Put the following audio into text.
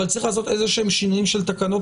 אבל צריך לעשות איזשהם שינויים של תקנות